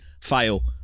fail